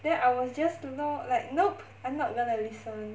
then I will just no like nope I'm not gonna listen